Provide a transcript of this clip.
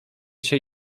się